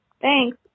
Thanks